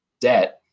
debt